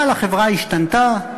אבל החברה השתנתה,